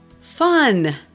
fun